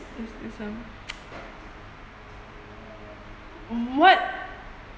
is is some what